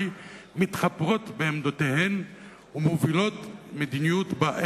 מתחפרת בעמדותיה ומובילה מדיניות שאין בה